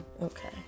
okay